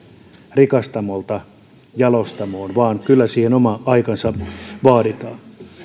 rikastamolta jalostamoon vaan kyllä siihen oma aikansa vaaditaan